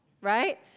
Right